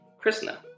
Krishna